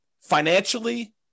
financially